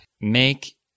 make